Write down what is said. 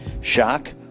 Shock